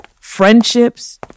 friendships